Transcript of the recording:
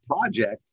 project